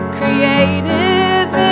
creative